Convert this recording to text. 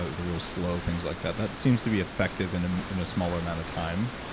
the real slow things like that. that seems to be effective and and in a smaller amount of time,